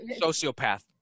sociopath